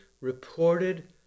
reported